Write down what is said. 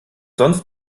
sonst